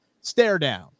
stare-down